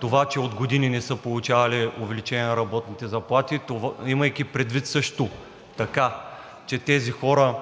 това, че от години не са получавали увеличение на работните заплати, имайки предвид също така, че тези хора